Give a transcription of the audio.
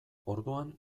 orduan